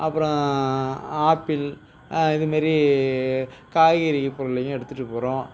அப்புறம் ஆப்பிள் இது மாரி காய்கறி பொருளையும் எடுத்துகிட்டு போகிறோம்